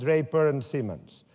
draper, and siemens.